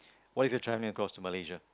what if you're across to Malaysia